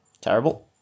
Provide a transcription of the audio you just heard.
terrible